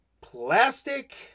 plastic